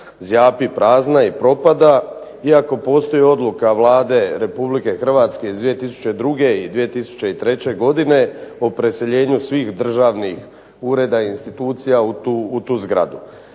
zjapi prazna i propada iako postoji odluka Vlade Republike Hrvatske iz 2002. i 2003. godine o preseljenju svih državnih ureda i institucija u tu zgradu.